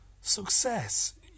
success